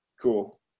Cool